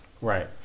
right